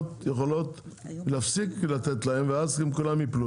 יכולות להפסיק לתת להם ואז כולם יפלו,